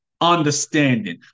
understanding